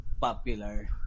popular